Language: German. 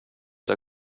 der